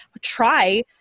try